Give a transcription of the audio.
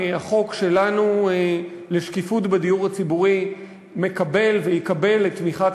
החוק שלנו לשקיפות בדיור הציבורי מקבל ויקבל את תמיכת